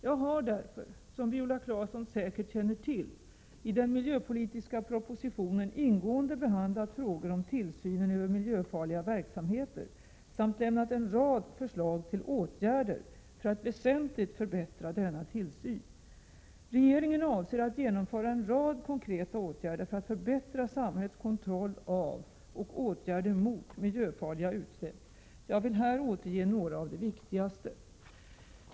Jag har därför, som Viola Claesson säkert känner till, i den miljöpolitiska propositionen ingående behandlat frågor om tillsynen över miljöfarliga verksamheter samt lämnat en rad förslag till åtgärder för att väsentligt förbättra denna tillsyn. Regeringen avser att genomföra en rad konkreta åtgärder för att förbättra samhällets kontroll av och åtgärder mot miljöfarliga utsläpp. Jag vill återge några av de viktigare.